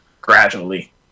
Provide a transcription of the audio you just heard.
Gradually